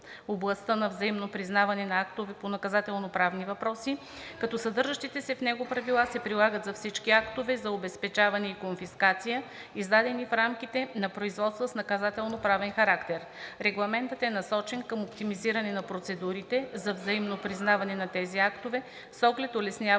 областта на взаимното признаване на актове по наказателноправни въпроси, като съдържащите се в него правила се прилагат за всички актове за обезпечаване и конфискация, издадени в рамките на производства с наказателноправен характер. Регламентът е насочен към оптимизиране на процедурите за взаимно признаване на тези актове с оглед улесняването